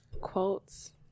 Quotes